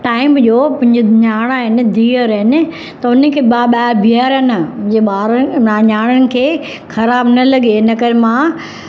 time इहो मुंहिंजी न्याण आहिनि धीअर आहिनि त हुनखे बि ॿाहिरि बीहारणो न मुंहिंजे ॿार न्याणुनि खे ख़राब न लॻे इन करे मां